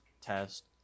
test